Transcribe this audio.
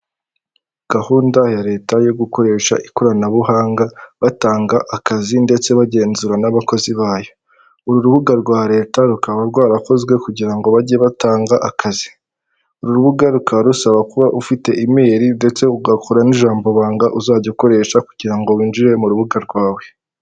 Gahunda ya Leta yo gukoresha ikoranabuhanga batanga akazi ndetse bagenzura n'abakozi bayo, uru rubuga rwa Leta rukaba rwarakozwe kugira ngo bajye batanga akazi, uru rubuga rukaba rusaba kuba ufite imeri, ndetse ugakora n'ijambobanga uzajya ukoresha kugira ngo winjire mu rubuga rwawe.